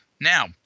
Now